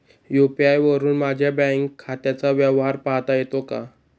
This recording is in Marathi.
यू.पी.आय वरुन माझ्या बँक खात्याचा व्यवहार पाहता येतो का?